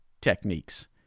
techniques